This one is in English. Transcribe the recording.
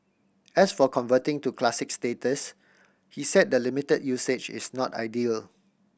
as for converting to Classic status he said the limited usage is not ideal